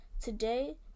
Today